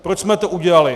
Proč jsme to udělali.